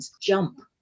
jump